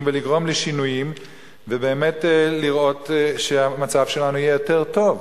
ולגרום לשינויים ובאמת לראות שהמצב שלנו יהיה יותר טוב.